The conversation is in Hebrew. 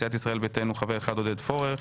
סיעת ישראל ביתנו, חבר אחד: עודד פורר.